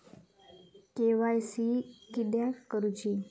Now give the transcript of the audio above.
KYC किदयाक करूची?